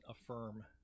affirm